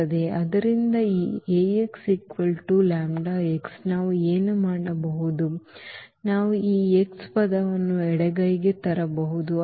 ಆದ್ದರಿಂದ ಈ ನಾವು ಏನು ಮಾಡಬಹುದು ನಾವು ಈ x ಪದವನ್ನು ಎಡಗೈಗೆ ತರಬಹುದು